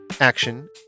action